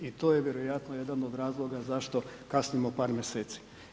I to je vjerojatno jedan od razloga zašto kasnimo par mjeseci.